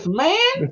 man